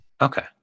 Okay